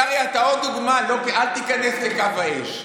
קרעי, אתה עוד דוגמה, אל תיכנס לקו האש.